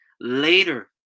later